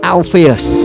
Alpheus